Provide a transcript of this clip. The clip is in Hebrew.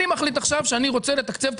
אני מחליט עכשיו שאני רוצה לתקצב את